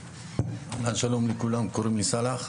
שלום לכולם, קוראים לי סלאח.